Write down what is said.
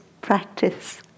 practice